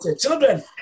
Children